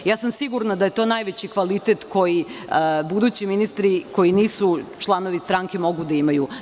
Sigurna sam da je to najveći kvalitet koji budući ministri koji nisu članovi stranke mogu da imaju.